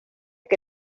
que